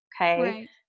Okay